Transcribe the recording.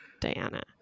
Diana